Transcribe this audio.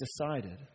decided